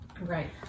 Right